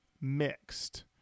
mixed